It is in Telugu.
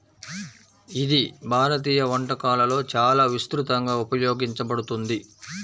ఇది భారతీయ వంటకాలలో చాలా విస్తృతంగా ఉపయోగించబడుతుంది